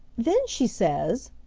then she says,